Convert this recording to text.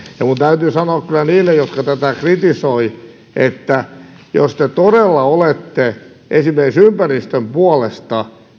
minun täytyy sanoa kyllä niille jotka tätä kritisoivat jos te todella olette esimerkiksi ympäristön puolesta